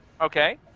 Okay